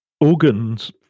organs